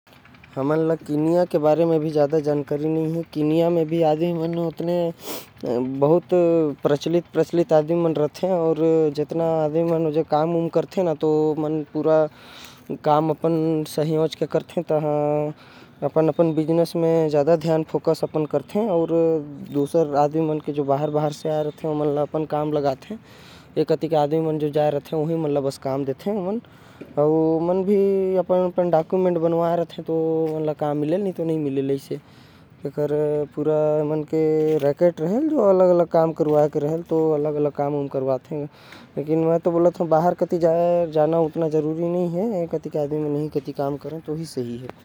केन्या म बहुत प्रचलित मन रहथे। वहा के लोग मन संयोग म काम करथे। अपन व्यापार करथे अउ यहा के लोग मन काम म राखथे। जेकर पास सब दस्तावेज होथे ओहि मन ल काम म राखथे।